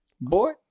boy